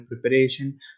preparation